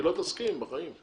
היא לא תסכים בחיים,